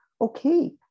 Okay